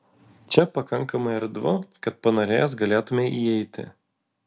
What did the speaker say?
čia pakankamai erdvu kad panorėjęs galėtumei įeiti